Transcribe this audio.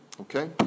Okay